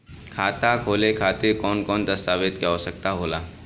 खाता खोले खातिर कौन कौन दस्तावेज के आवश्यक होला?